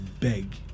beg